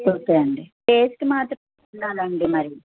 okay అండి taste మాత్రం ఉండాలండి మరి